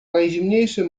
najzimniejszy